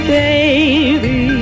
baby